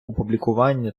опублікування